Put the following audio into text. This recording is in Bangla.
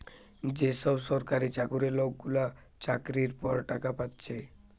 যে সব সরকারি চাকুরে লোকগুলা চাকরির পর টাকা পাচ্ছে